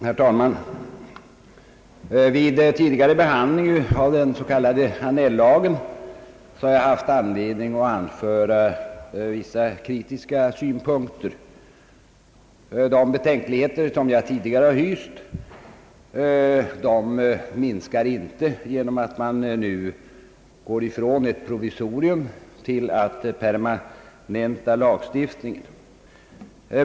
Herr talman! Vid tidigare behandling av den s.k. Annell-lagen har jag haft anledning att anföra vissa kritiska synpunkter. De betänkligheter som jag tidigare hyst minskas inte genom att man nu går ifrån ett provisorium till att permanenta lagstiftningen.